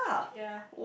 ya